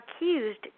accused